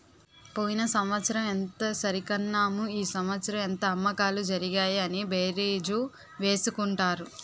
పోయిన సంవత్సరం ఎంత సరికన్నాము ఈ సంవత్సరం ఎంత అమ్మకాలు జరిగాయి అని బేరీజు వేసుకుంటారు